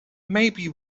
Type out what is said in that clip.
maybe